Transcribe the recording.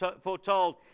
foretold